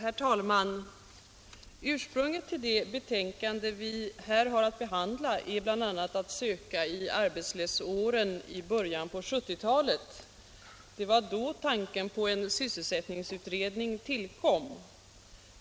Herr talman! Ursprunget till det betänkande vi här har att behandla är bl.a. att söka i arbetslöshetsåren i början på 1970-talet. Det var då 49 50 tanken på en sysselsättningsutredning tillkom.